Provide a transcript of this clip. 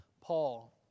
Paul